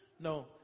No